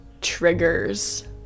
triggers